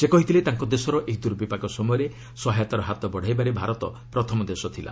ସେ କହିଥିଲେ ତାଙ୍କ ଦେଶର ଏହି ଦୂର୍ବିପାକ ସମୟରେ ସହାୟତାର ହାତ ବଢ଼ାଇବାରେ ଭାରତ ପ୍ରଥମ ଦେଶ ଥିଲା